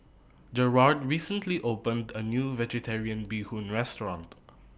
Gerard recently opened A New Vegetarian Bee Hoon Restaurant